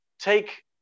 take